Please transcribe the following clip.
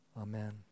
Amen